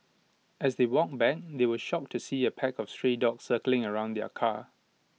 as they walked back they were shocked to see A pack of stray dogs circling around their car